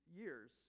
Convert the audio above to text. years